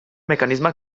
mecanisme